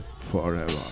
forever